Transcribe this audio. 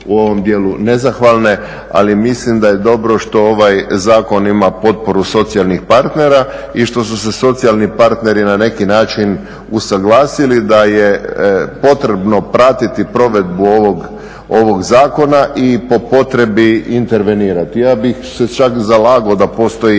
u ovom dijelu nezahvalne ali mislim da je dobro što ovaj zakon ima potporu socijalnih partnera i što su se socijalni partneri na neki način usuglasili da je potrebno pratiti provedbu ovog zakona i po potrebi intervenirati. Ja bih se čak zalagao da postoji